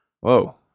whoa